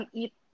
eat